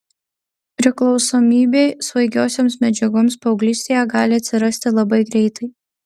priklausomybė svaigiosioms medžiagoms paauglystėje gali atsirasti labai greitai